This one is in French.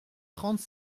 trente